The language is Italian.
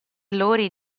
laurie